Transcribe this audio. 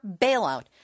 bailout